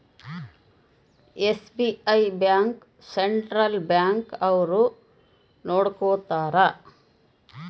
SBI bank central bank ಅವ್ರು ನೊಡ್ಕೋತರ